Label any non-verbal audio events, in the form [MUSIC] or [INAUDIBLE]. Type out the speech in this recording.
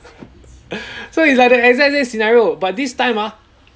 [LAUGHS] so it's like the exactly scenario but this time ah